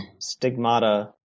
Stigmata